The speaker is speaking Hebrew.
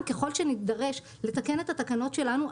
וגם ככל שנידרש לתקן את התקנות שלנו,